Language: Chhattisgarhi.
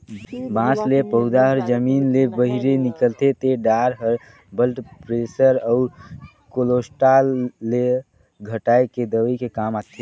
बांस ले पउधा हर जब जमीन ले बहिरे निकलथे ते डार हर ब्लड परेसर अउ केलोस्टाल ल घटाए के दवई के काम आथे